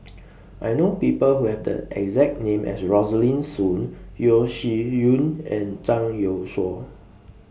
I know People Who Have The exact name as Rosaline Soon Yeo Shih Yun and Zhang Youshuo